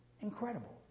Incredible